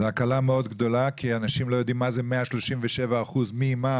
זו הקלה מאוד גדולה כי אנשים לא יודעים מה זה 137% ממה,